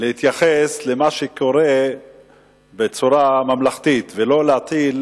להתייחס למה שקורה בצורה ממלכתית ולא להתחיל,